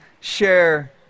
share